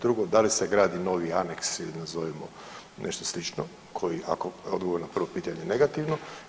Drugo da li se gradi ovi aneks ili nazovimo nešto slično koji, ako je odgovor na prvo pitanje negativno.